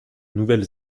nouvelle